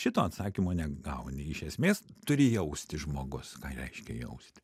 šito atsakymo negauni iš esmės turi jausti žmogus ką reiškia jausti